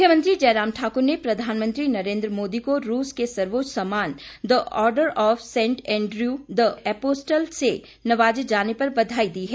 मुख्यमंत्री जयराम ठाक्र ने प्रधानमंत्री नरेंद्र मोदी को रूस के सर्वोच्च सम्मान the order of Saint Andrew the apostle से नवाजे जाने पर बधाई दी है